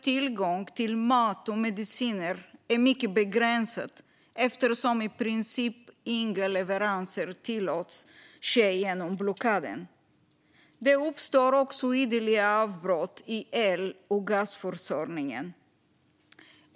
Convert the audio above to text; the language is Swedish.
Tillgången till mat och mediciner är mycket begränsad eftersom i princip inga leveranser tillåts ske genom blockaden. Det uppstår också ideliga avbrott i el och gasförsörjningen.